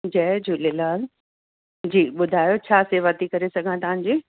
जय झूलेलाल जी ॿुधायो छा शेवा थी करे सघां तव्हांजी